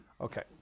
Okay